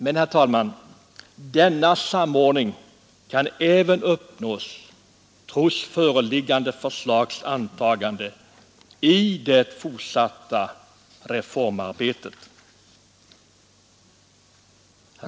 Men, herr talman, denna samordning kan även uppnås trots föreliggande förslags antagande i det fortsatta reformarbetet.